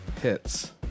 hits